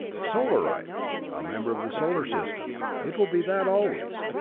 solarite a member of the solar system it will be that, always.